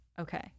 Okay